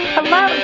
Hello